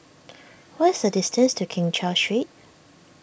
what is the distance to Keng Cheow Street